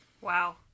Wow